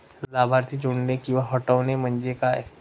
लाभार्थी जोडणे किंवा हटवणे, म्हणजे काय?